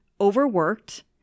overworked